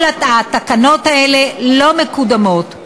כל התקנות האלה לא מקודמות.